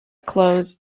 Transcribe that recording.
closed